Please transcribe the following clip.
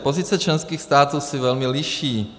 Pozice členských států se velmi liší.